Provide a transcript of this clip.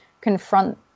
confront